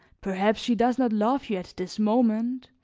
perhaps she does not love you at this moment,